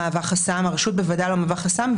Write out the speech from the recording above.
הרשות בוודאי לא מהווה חסם.